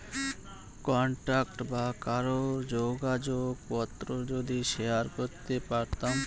contact বা কারোর যোগাযোগ পত্র যদি শেয়ার করতে পারতাম